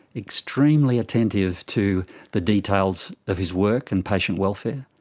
extremely attentive to the details of his work and patient welfare.